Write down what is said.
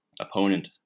opponent